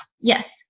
Yes